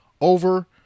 over